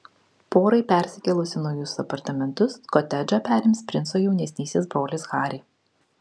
porai persikėlus į naujus apartamentus kotedžą perims princo jaunesnysis brolis harry